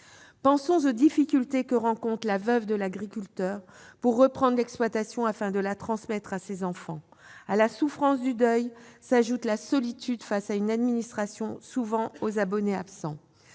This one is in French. Pensons aux difficultés que rencontre la veuve de l'agriculteur pour reprendre l'exploitation et la transmettre à ses enfants ! À la souffrance du deuil s'ajoute la solitude face à une administration qui est souvent aux abonnés absents.